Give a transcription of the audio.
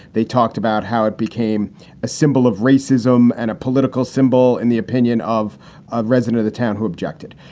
they talked about how it became a symbol of racism and a political symbol in the opinion of a resident of the town who objected.